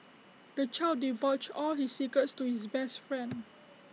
the child divulged all his secrets to his best friend